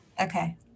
Okay